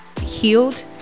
healed